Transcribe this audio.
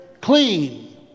clean